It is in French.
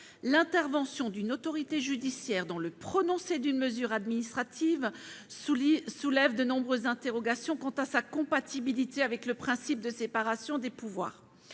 l'intervention d'une autorité judiciaire dans le prononcé d'une mesure administrative soulève de nombreuses interrogations quant à sa compatibilité avec le principe de séparation des pouvoirs.